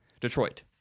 Detroit